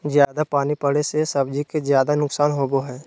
जयादा पानी पड़े से सब्जी के ज्यादा नुकसान होबो हइ